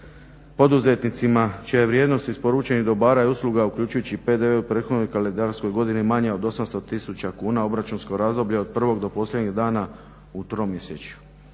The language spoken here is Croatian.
poduzetnicima čija je vrijednost isporučenih dobara i usluga uključujući i PDV u prethodnoj kalendarskoj godini manja od 800 tisuća kuna, obračunsko razdoblje od prvog do posljednjeg dana u tromjesečju.